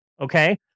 okay